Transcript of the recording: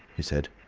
he said.